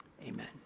Amen